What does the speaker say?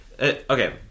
Okay